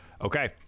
Okay